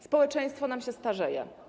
Społeczeństwo nam się starzeje.